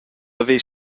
haver